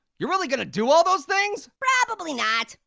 you're really going to do all those things? probably not.